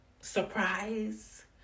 surprise